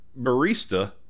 barista